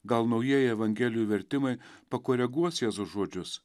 gal naujieji evangelijų vertimai pakoreguos jėzaus žodžius